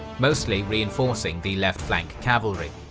mostly reinforcing the left flank cavalry.